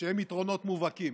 שהם יתרונות מובהקים: